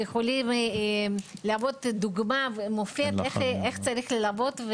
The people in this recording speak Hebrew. והן יכולות להוות דוגמה ומופת איך צריך ללוות,